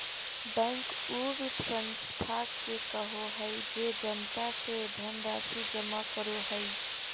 bank उ वित संस्था के कहो हइ जे जनता से धनराशि जमा करो हइ